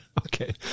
Okay